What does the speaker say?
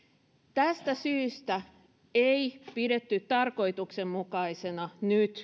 tästä syystä ei pidetty tarkoituksenmukaisena nyt